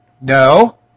No